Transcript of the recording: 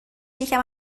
یکم